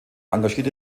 engagierte